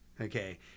okay